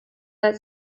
that